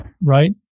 right